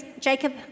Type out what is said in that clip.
Jacob